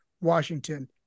Washington